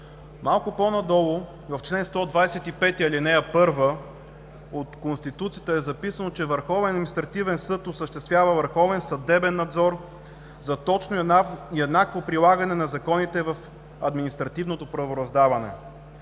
Малко по-надолу в чл. 125, ал. 1 от Конституцията е записано, че Върховен административен съд осъществява върховен съдебен надзор за точно и еднакво прилагане на законите в административното правораздаване.